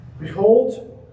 Behold